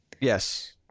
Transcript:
Yes